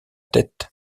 tête